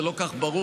זה לא כל כך ברור,